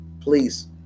please